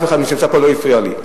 אף אחד ממי שנמצא פה לא הפריע לי.